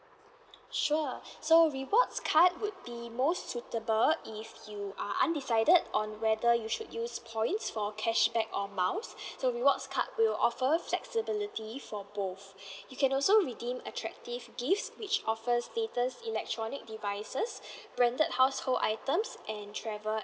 sure so rewards card would be most suitable if you are undecided on whether you should use points for cashback or miles so rewards card will offer flexibility for both you can also redeem attractive gift which offers status electronic devices branded household items and travel